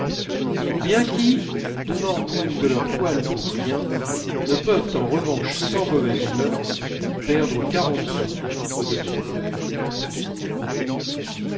ou bien qui donnant une de leurs toiles pour rien ne peuvent en revanche sans mauvaise humeur perdre quarante sous aux dominos